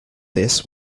this